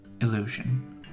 illusion